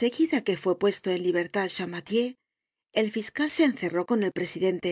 seguida que fue puesto en libertad champmathieu el fiscal se encerró con el presidente